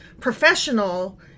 professional